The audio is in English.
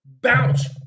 bounce